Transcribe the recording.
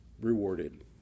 rewarded